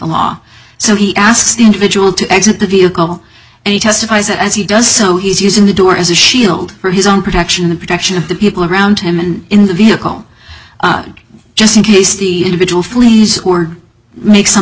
law so he asks the individual to exit the vehicle and he testifies that as he does so he's using the door as a shield for his own protection and protection of the people around him and in the vehicle just in case the individual flees or makes some